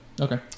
Okay